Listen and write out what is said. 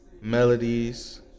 Melodies